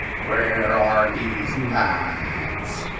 where are these lads?